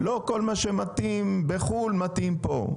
לא כל מה שמתאים בחו"ל מתאים פה.